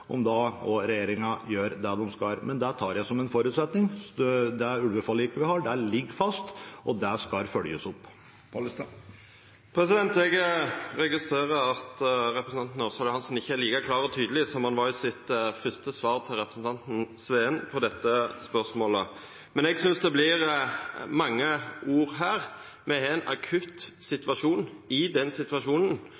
om regjeringen gjør det den skal. Det tar jeg som en forutsetning. Det ulveforliket vi har, ligger fast, og det skal følges opp. Eg registrerer at representanten Ørsal Johansen ikkje er like klar og tydeleg som han var i sitt svar til representanten Sveen på dette spørsmålet. Men eg synest det blir mange ord her. Me har ein akutt